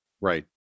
Right